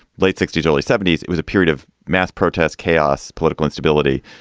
late sixty s, early seventy s, it was a period of mass protest chaos, political instability,